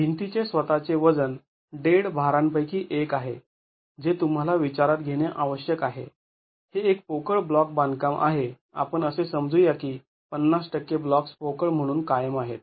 भिंतीचे स्वतःचे वजन डेड भारां पैकी एक आहे जे तुम्हाला विचारात घेणे आवश्यक आहे हे एक पोकळ ब्लॉक बांधकाम आहे आपण असे समजू या की ५० टक्के ब्लॉक्स् पोकळ म्हणून कायम आहेत